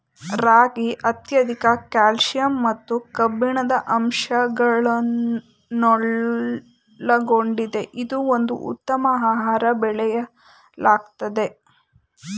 ರಾಗಿ ಅತ್ಯಧಿಕ ಕ್ಯಾಲ್ಸಿಯಂ ಮತ್ತು ಕಬ್ಬಿಣದ ಅಂಶಗಳನ್ನೊಳಗೊಂಡಿದೆ ಇದು ಒಂದು ಉತ್ತಮ ಆಹಾರ ಬೆಳೆಯಾಗಯ್ತೆ